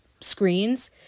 screens